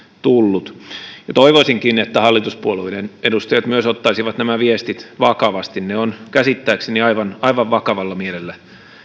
tullut toivoisinkin että hallituspuolueiden edustajat myös ottaisivat nämä viestit vakavasti ne on käsittääkseni aivan aivan vakavalla mielellä